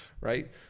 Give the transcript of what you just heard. Right